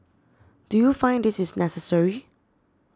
do you find this is necessary